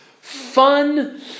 Fun